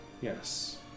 yes